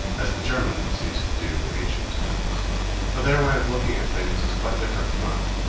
as the germans used to do in ancient times for their way of looking at things is quite different from ours,